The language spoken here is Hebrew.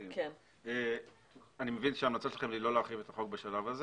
אני מבין שההמלצה שלכם היא לא להרחיב את החוק בשלב הזה